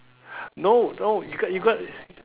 no no you got you got